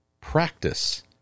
practice